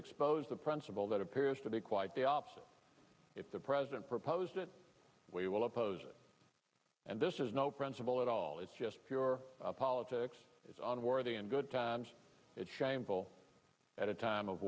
exposed the principle that appears to be quite the opposite if the president proposed it we will oppose it and this is no principle at all it's just pure politics it's on worthy and good times it's shameful at a time of